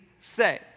say